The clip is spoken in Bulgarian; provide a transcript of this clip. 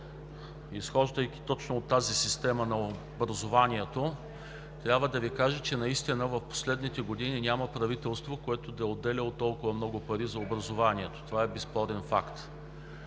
Изхождайки точно от тази система на образованието, трябва да Ви кажа, че наистина в последните години няма правителство, което да е отделяло толкова много пари за образованието. Това е безспорен факт.